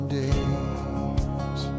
days